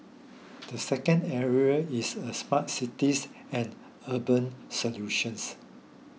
the second area is a smart cities and urban solutions